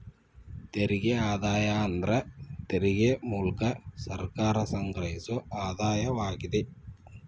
ತೆರಿಗೆ ಆದಾಯ ಅಂದ್ರ ತೆರಿಗೆ ಮೂಲ್ಕ ಸರ್ಕಾರ ಸಂಗ್ರಹಿಸೊ ಆದಾಯವಾಗಿದೆ